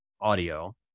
audio